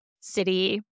city